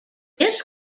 this